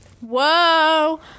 whoa